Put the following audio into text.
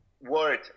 word